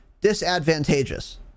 disadvantageous